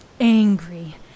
angry